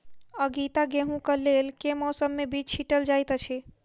आगिता गेंहूँ कऽ लेल केँ मौसम मे बीज छिटल जाइत अछि?